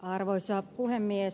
arvoisa puhemies